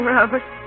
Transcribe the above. Robert